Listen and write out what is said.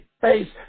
face